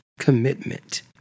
commitment